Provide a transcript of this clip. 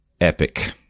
epic